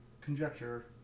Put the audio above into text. Conjecture